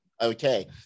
okay